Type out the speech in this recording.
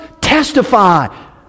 testify